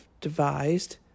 devised